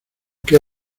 que